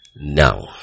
Now